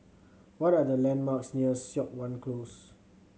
what are the landmarks near Siok Wan Close